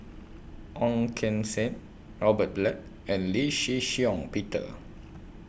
Ong Keng Sen Robert Black and Lee Shih Shiong Peter